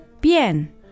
bien